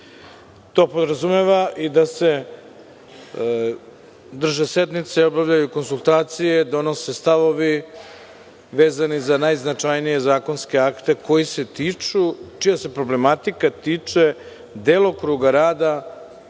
To podrazumeva i da se drže sednice, obavljaju konsultacije, donose stavovi vezani za najznačajnije zakonske akte čija se problematika tiče delokruga rada